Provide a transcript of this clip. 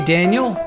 Daniel